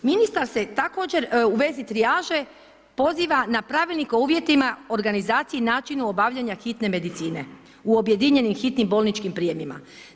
Nadalje, ministar se također u vezi trijaže poziva na pravilnik o uvjetima organizacije i načinu obavljanja hitne medicine u objedinjenim hitnim bolničkim prijemima.